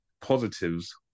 positives